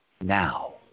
now